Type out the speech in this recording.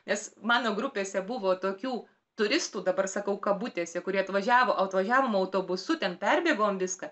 nes mano grupėse buvo tokių turistų dabar sakau kabutėse kurie atvažiavo atvažiavome autobusu ten perbėgom viską